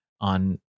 on